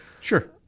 Sure